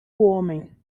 homem